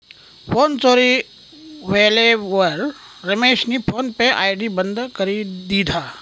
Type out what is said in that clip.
phone चोरी व्हयेलवर रमेशनी फोन पे आय.डी बंद करी दिधा